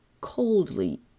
coldly